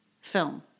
film